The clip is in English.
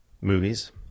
movies